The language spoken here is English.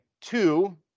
two